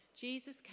Jesus